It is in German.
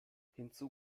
hinzu